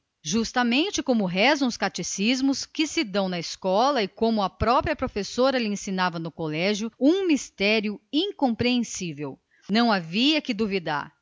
justamente como o explicam os catecismos que se dão na escola e como a sua própria mestra lhe ensinara um mistério incompreensível não havia que duvidar